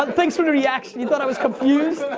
and thanks for the reaction, you thought i was confused?